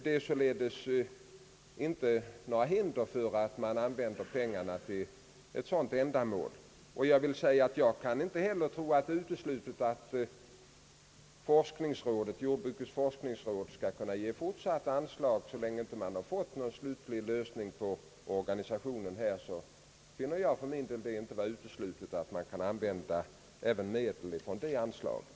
Det föreligger således inte några direkta hinder för att använda pengarna för prövning av bekämpningsmedel, och jag kan inte heller tro att det är uteslutet att jordbrukets forskningsråd skall kunna ge fortsatta anslag, i varje fall så länge man inte har fått någon slutgiltig lösning för organisationen,